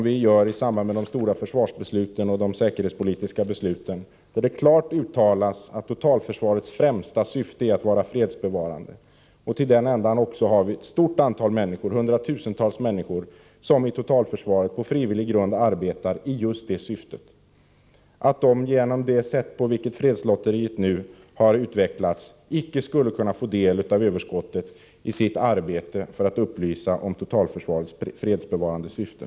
I samband med de stora försvarsbesluten och de säkerhetspolitiska besluten gör vi klara gemensamma uttalanden om att totalförsvarets främsta syfte är att vara fredsbevarande. Till den ändan arbetar på frivillig grund hundratusentals människor i totalförsvaret i just detta syfte. Jag kan inte förstå hur regeringen kan anse att de, genom det sätt på vilket fredslotteriet har utvecklats, icke skulle kunna få del av överskottet för sitt arbete att upplysa om totalförsvarets fredsbevarande syfte.